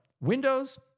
Windows